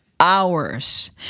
hours